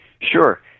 Sure